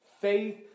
Faith